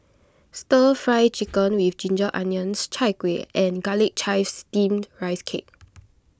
Stir Fry Chicken with Ginger Onions Chai Kueh and Garlic Chives Steamed Rice Cake